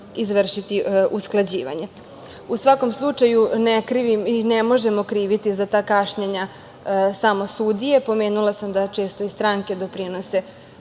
izvršiti usklađivanje.U svakom slučaju, ne krivim i ne možemo kriviti za ta kašnjenja samo sudije. Pomenula sam da često i stranke doprinose